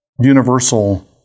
universal